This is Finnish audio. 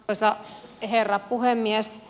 arvoisa herra puhemies